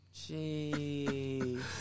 Jeez